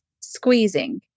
squeezing